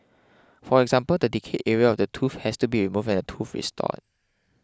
for example the decayed area of the tooth has to be removed and tooth restored